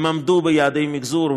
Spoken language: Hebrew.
הם עמדו ביעדי המחזור,